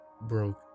broke